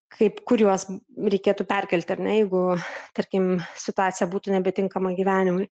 kaip kur juos reikėtų perkelti ar ne jeigu tarkim situacija būtų nebetinkama gyvenimui